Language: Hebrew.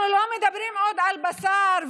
אנחנו לא מדברים עוד על בשר,